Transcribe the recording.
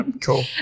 cool